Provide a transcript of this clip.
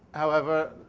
however,